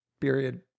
Period